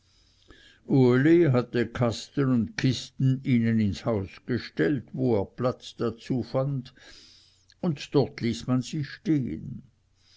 hatte kasten und kisten ihnen ins haus gestellt wo er platz dazu fand und dort ließ man sie stehen